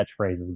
catchphrases